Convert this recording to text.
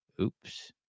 Oops